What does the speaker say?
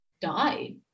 died